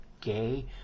Gay